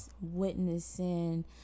witnessing